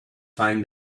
find